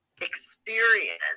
experience